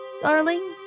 Darling